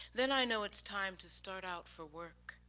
then i know it's time to start out for work.